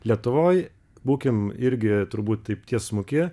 lietuvoj būkim irgi turbūt taip tiesmuki